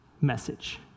message